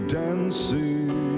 dancing